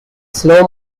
slow